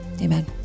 Amen